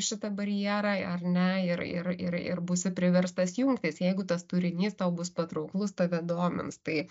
šitą barjerą ar ne ir ir ir ir būsi priverstas jungtis jeigu tas turinys tau bus patrauklus tave domins tai